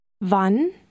Wann